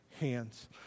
hands